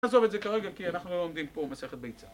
נעזוב את זה כרגע כי אנחנו לא לומדים פה מסכת ביצה